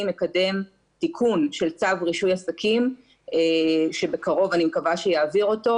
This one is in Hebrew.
מקדם תיקון של צו רישוי עסקים שבקרוב אני מקווה שיעביר אותו,